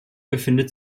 befindet